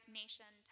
nation